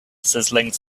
sizzling